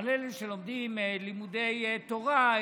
אבל אלה שלומדים לימודי תורה,